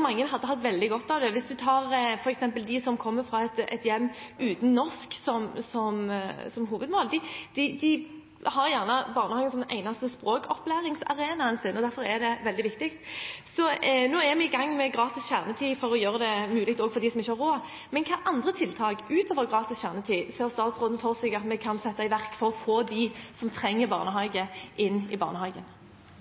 Mange hadde hatt veldig godt av det. For eksempel har de som kommer fra et hjem uten norsk som hovedmål, gjerne barnehagen som sin eneste språkopplæringsarena, og derfor er det veldig viktig. Nå er vi i gang med gratis kjernetid for å gjøre det mulig også for dem som ikke har råd. Men hvilke andre tiltak – utover gratis kjernetid – ser statsråden for seg at vi kan sette i verk for å få dem som trenger barnehage, inn i barnehagen?